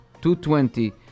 220